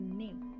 name